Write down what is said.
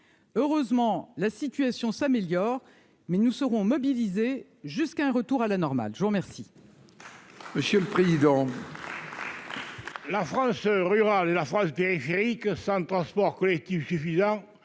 heureusement, la situation s'améliore, mais nous serons mobilisés jusqu'à un retour à la normale, je vous remercie.